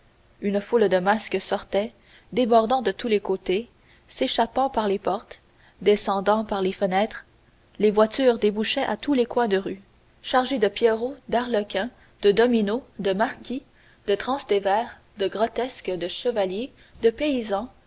une foule de masques sortaient débordant de tous les côtés s'échappant par les portes descendant par les fenêtres les voitures débouchaient à tous des coins de rue chargées de pierrots d'arlequins de dominos de marquis de transtévères de grotesques de chevaliers de paysans